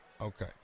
Okay